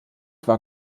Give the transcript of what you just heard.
war